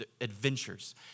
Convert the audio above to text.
adventures